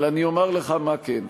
אבל אני אומר לך מה כן,